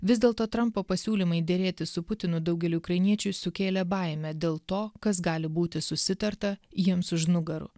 vis dėlto trampo pasiūlymai derėtis su putinu daugeliui ukrainiečių sukėlė baimę dėl to kas gali būti susitarta jiems už nugarų